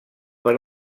per